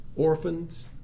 orphans